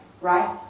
right